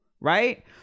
right